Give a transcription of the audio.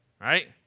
right